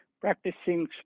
practicing